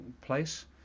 place